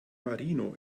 marino